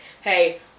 Hey